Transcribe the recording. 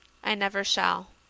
i never shall.